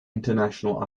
international